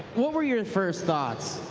what were your and first thoughts?